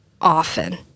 often